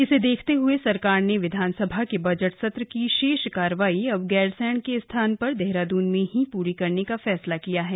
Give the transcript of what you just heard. इसे देखते हुए सरकार ने विधानसभा के बजट सत्र की शेष कार्यवाही अब गैरसैंण के स्थान पर देहरादून में ही पूरी कराने का फैसला किया है